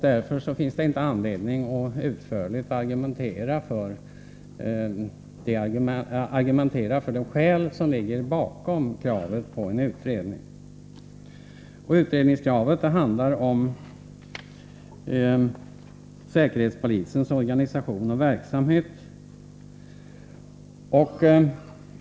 Därför finns det ingen anledning att utförligt argumentera för vad som ligger bakom kravet på en utredning. Utredningskravet handlar om säkerhetspolisens organisation och verksamhet.